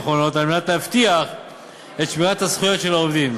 האחרונות כדי להבטיח את שמירת הזכויות של העובדים,